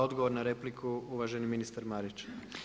Odgovor na repliku uvaženi ministar Marić.